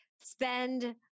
spend